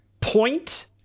point